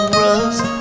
rust